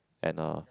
and uh